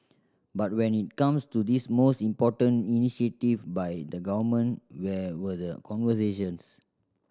but when it comes to this most important initiative by the Government where were the conversations